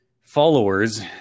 followers